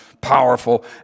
powerful